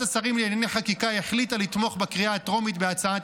השרים לענייני חקיקה החליטה לתמוך בקריאה הטרומית בהצעת